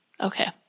Okay